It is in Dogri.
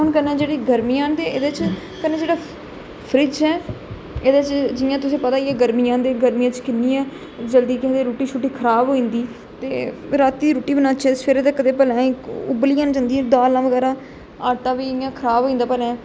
हून कन्नै जेहड़ी गर्मियां ना ते एहदे च कन्नै जेहड़ा फ्रीज ऐ एहदे च जियां तुसेंगी पता गै ऐ गर्मी आंदे गै गर्मियै च किन्नी जल्दी के आक्खदे रोटी खराब होई जंदी ते राती दी रुट्टी बनाचै ते सवेरे तक ते भलेआं उब्बली जन जंदी दालां बगैरा आटा बी इयां खराब होई जंदा भलेआं गै